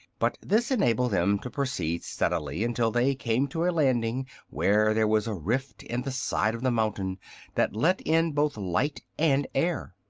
but this enabled them to proceed steadily until they came to a landing where there was a rift in the side of the mountain that let in both light and air.